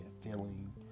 feeling